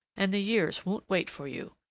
and the years won't wait for you.